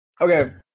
Okay